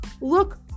look